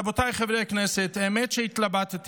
רבותיי חברי הכנסת, האמת היא שהתלבטתי,